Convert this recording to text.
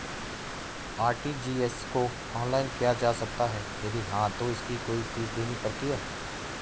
RTGS को online किया जा सकता है यदि हाँ तो इसकी कोई फीस देनी पड़ती है?